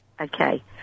Okay